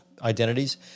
identities